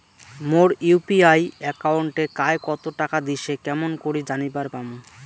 মোর UPI একাউন্টে কায় কতো টাকা দিসে কেমন করে জানিবার পামু?